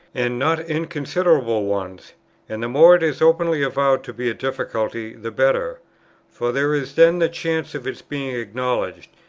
and not inconsiderable ones and the more it is openly avowed to be a difficulty, the better for there is then the chance of its being acknowledged,